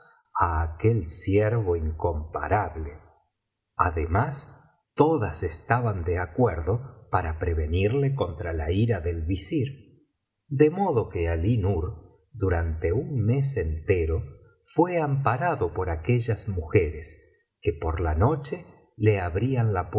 aquel ciervo incomparable además todas estaban de acuerdo para prevenirle contra la ira del visir de modo que alí nur durante un mes entero fué amparado por aquellas mujeres que por la noche le abrían